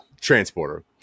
transporter